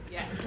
Yes